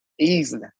Easily